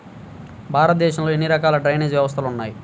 భారతదేశంలో ఎన్ని రకాల డ్రైనేజ్ వ్యవస్థలు ఉన్నాయి?